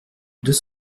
deux